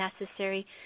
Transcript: necessary